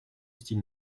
style